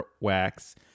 wax